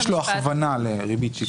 יש לו הכוונה לריבית שקלית.